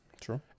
true